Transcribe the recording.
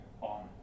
on